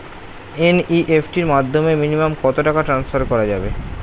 NEFT এর মাধ্যমে minimum কত টাকা টান্সফার করা যাবে?